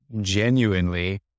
genuinely